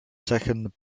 second